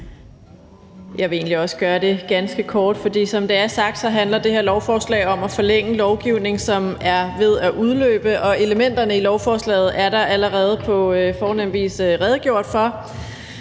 Jeg vil egentlig også gøre det ganske kort, for som det er blevet sagt, handler det her lovforslag om at forlænge lovgivning, som er ved at udløbe, og elementerne i lovforslaget er der allerede på fornem vis redegjort for.